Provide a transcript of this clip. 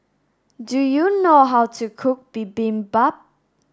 do you know how to cook Bibimbap